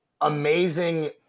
amazing